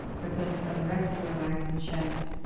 but then spend the rest of their lives in sheds,